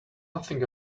nothing